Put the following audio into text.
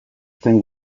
zen